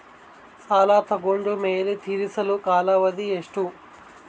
ಸಾಲ ತಗೊಂಡು ಮೇಲೆ ತೇರಿಸಲು ಕಾಲಾವಧಿ ಎಷ್ಟು?